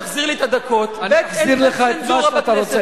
תחזיר לי את הדקות, אני מחזיר לך את מה שאתה רוצה.